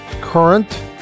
current